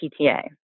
PTA